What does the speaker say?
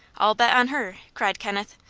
i'll bet on her, cried kenneth,